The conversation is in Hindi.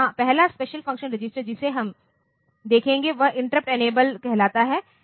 पहला स्पेशल फ़ंक्शन रजिस्टर जिसे हम देखेंगे वह इंटरप्ट इनेबल कहलाता है